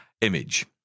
image